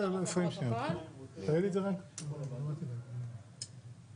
התיקונים שביקש חבר הכנסת קרעי לקבוע לא נופלים בהגדרת נושא חדש.